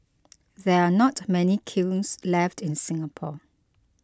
there are not many kilns left in Singapore